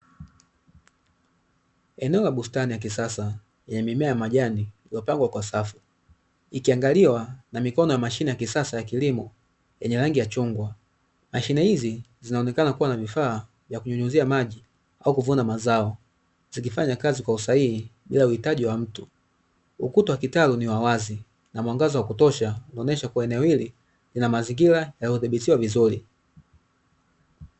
Eneo la bustani ya kisasa yenye mimea ya majani iliyopangwa kwa safu, ikiangaliwa na mikono ya mashine ya kisasa ya kilimo yenye rangi ya chungwa. Mashine hizi zinaonekana kuwa na vifaa vya kunyunyuzia maji au kuvuna mazao, zikifanya kazi kwa usahihi bila uhitaji wa mtu. Ukuta wa kitalu ni wa wazi, na mwangaza wa kutosha unaonyesha kuwa eneo hili lina mazingira yaliyodhibitiwa vizuri.